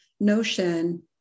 notion